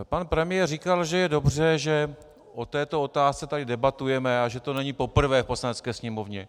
Pan premiér říkal, že je dobře, že o této otázce tady debatujeme, a že to není poprvé v Poslanecké sněmovně.